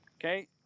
okay